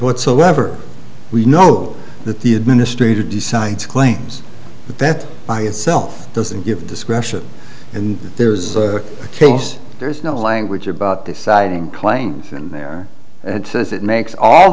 whatsoever we know that the administrator decides claims that by itself doesn't give discretion and that there's a case there is no language about deciding claims and there says it makes all